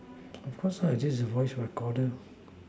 of course ah this is voice recorded